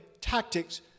tactics